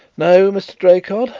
no, mr. draycott,